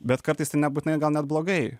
bet kartais tai nebūtinai gal net blogai